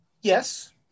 yes